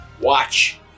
watch